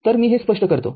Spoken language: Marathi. तरमी हे स्पष्ट करतो